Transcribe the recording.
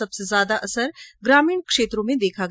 सबसे ज्यादा असर ग्रामीण क्षेत्रों में देखा गया